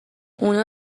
اونا